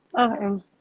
okay